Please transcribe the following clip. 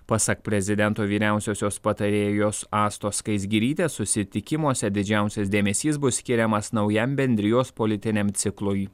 pasak prezidento vyriausiosios patarėjos astos skaisgirytės susitikimuose didžiausias dėmesys bus skiriamas naujam bendrijos politiniam ciklui